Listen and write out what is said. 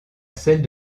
celle